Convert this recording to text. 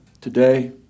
today